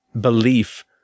belief